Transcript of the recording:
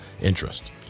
interest